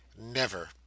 Never